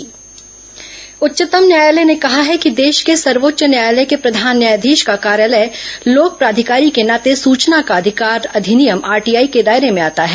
उच्चतम न्यायालय आरटीआई उच्चतम न्यायालय ने कहा है कि देश के सर्वोच्च न्यायालय के प्रधान न्यायाधीश का कार्यालय लोक प्राधिकारी के नाते सचना का अधिकार अधिनियम आरटीआई के दायरे में आता है